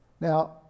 Now